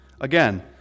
again